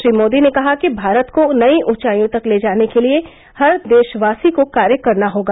श्री मोदी ने कहा कि भारत को नई उंचाईयों तक ले जाने के लिए हर देशवासी को कार्य करना होगा